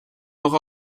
noch